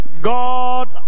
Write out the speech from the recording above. God